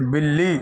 بِلّی